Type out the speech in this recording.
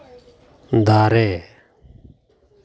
ᱫᱟᱨᱮ